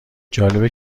جالبه